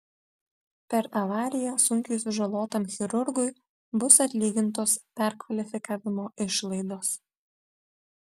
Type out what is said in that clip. per avariją sunkiai sužalotam chirurgui bus atlygintos perkvalifikavimo išlaidos